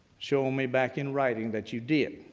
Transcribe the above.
show me back in writing that you did.